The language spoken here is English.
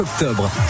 octobre